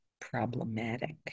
problematic